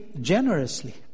generously